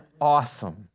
awesome